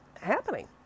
happening